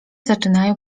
zaczynają